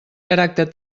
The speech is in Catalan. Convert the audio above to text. caràcter